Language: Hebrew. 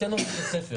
אתה נותן לו גם את הספר,